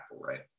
right